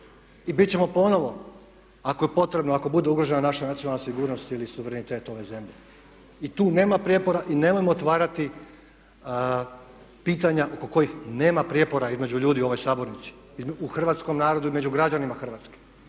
i bit ćemo ponovno ako je potrebno, ako bude ugrožena naša nacionalna sigurnost ili suverenitet ove zemlje. I tu nema prijepora i nemojmo otvarati pitanja oko kojih nema prijepora između ljudi u ovoj sabornici, u hrvatskom narodu i među građanima Hrvatske.